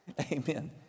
Amen